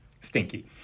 stinky